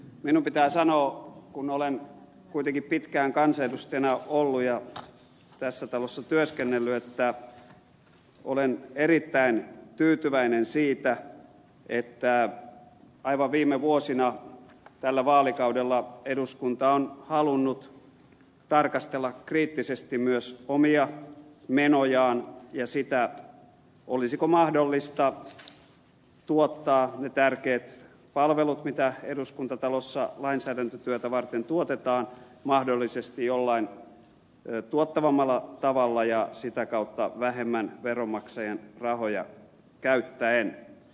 minun pitää sanoa kun olen kuitenkin pitkään kansanedustajana ollut ja tässä talossa työskennellyt että olen erittäin tyytyväinen siitä että aivan viime vuosina tällä vaalikaudella eduskunta on halunnut tarkastella kriittisesti myös omia menojaan ja sitä olisiko mahdollista tuottaa ne tärkeät palvelut mitä eduskuntatalossa lainsäädäntötyötä varten tuotetaan mahdollisesti jollain tuottavammalla tavalla ja sitä kautta vähemmän veronmaksajien rahoja käyttäen